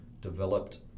developed